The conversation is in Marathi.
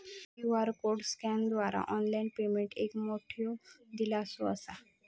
क्यू.आर कोड स्कॅनरद्वारा ऑनलाइन पेमेंट एक मोठो दिलासो असा